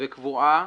וקבועה